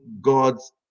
God's